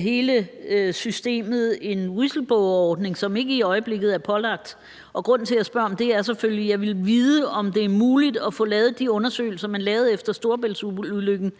hele systemet en whistleblowerordning, som ikke i øjeblikket er pålagt? Og grunden til, at jeg spørger om det, er selvfølgelig, at jeg vil vide, om det er muligt at få lavet de undersøgelser, man lavede efter ulykken